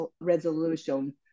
resolution